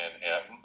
Manhattan